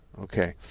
Okay